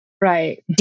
Right